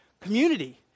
Community